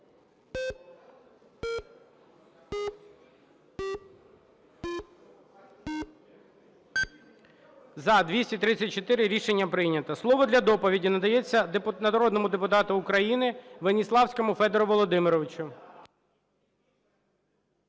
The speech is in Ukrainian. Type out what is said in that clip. За-234 Рішення прийнято. Слово для доповіді надається народному депутату України Веніславському Федору Володимировичу.